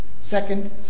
Second